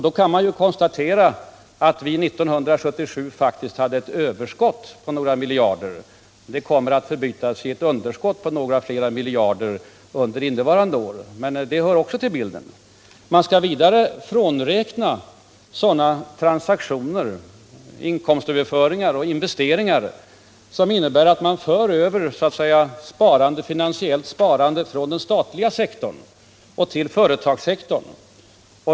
Då kan man konstatera att vi 1977 faktiskt hade ett överskott på några miljarder, men det kommer att förbytas i ett underskott på några fler miljarder under innevarande år. Vidare skall man frånräkna sådana transaktioner, inkomstöverföringar och investeringar, som innebär att man så att säga för över finansiellt sparande från den statliga sektorn till företagssektorn.